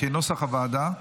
כנוסח הוועדה,